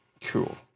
Cool